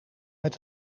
met